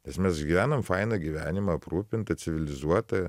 nes mes gyvenam fainą gyvenimą aprūpintą civilizuotą